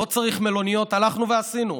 לא צריך מלוניות, הלכנו ועשינו.